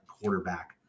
quarterback